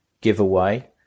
giveaway